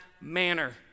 manner